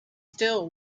still